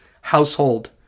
household